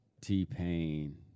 t-pain